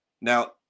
Now